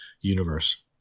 universe